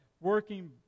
working